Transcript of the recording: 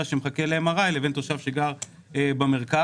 שמחכה לאם.אר.איי לבין תושב שגר במרכז,